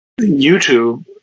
YouTube